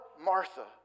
Martha